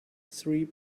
three